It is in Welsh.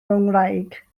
ngwraig